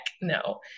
no